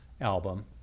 album